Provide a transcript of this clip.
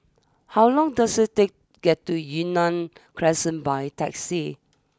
how long does it take get to Yunnan Crescent by taxi